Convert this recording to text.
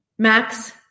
Max